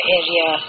area